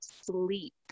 sleep